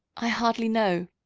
i hardly know.